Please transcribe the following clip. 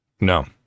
No